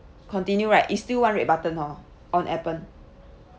continue right is still one red button hor on appen